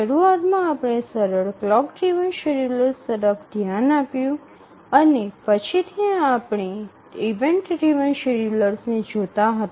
શરૂઆતમાં આપણે સરળ ક્લોક ડ્રિવન શેડ્યૂલર્સ તરફ ધ્યાન આપ્યું અને પછીથી આપણે ઇવેન્ટ ડ્રિવન શેડ્યૂલર્સને જોતા રહ્યા